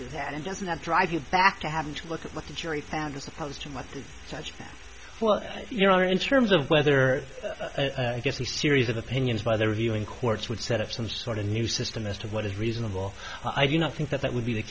do that and doesn't that drive you back to having to look at what the jury found as opposed to much such well you know in terms of whether the series of opinions by the reviewing courts would set up some sort of new system as to what is reasonable i do not think that that would be the